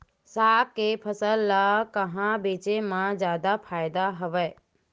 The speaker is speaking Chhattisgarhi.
साग के फसल ल कहां बेचे म जादा फ़ायदा हवय?